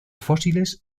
fósiles